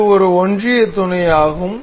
இது ஒரு ஒன்றிய துணையாகும்